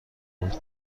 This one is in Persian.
بود